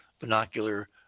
binocular